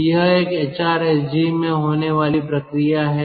तो यह एक एचआरएसजी में होने वाली प्रक्रिया है